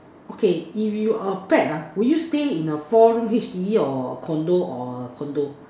okay if you're a pet ah would you stay in a four room H_D_B or condo or condo